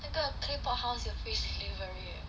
那个 Claypot House 有 free delivery eh